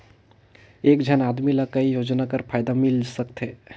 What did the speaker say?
एक झन आदमी ला काय योजना कर फायदा मिल सकथे?